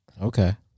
Okay